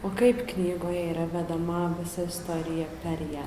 o kaip knygoje yra vedama visa istorija per ją